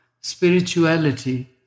spirituality